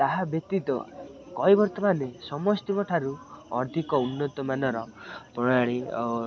ତାହା ବ୍ୟତୀତ କୈବର୍ତ୍ତମାନେ ସମସ୍ତିଙ୍କ ଠାରୁ ଅଧିକ ଉନ୍ନତମାନର ପ୍ରଣାଳୀ